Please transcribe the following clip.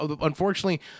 unfortunately